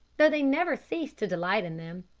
though they never ceased to delight in them.